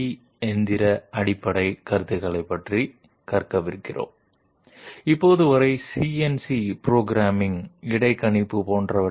So it is not simply the cutter moving around in 2 dimensions and cutting out some two dimensional profile out of some say plate like material et cetera no it involves simultaneous 3 axis motion of the cutter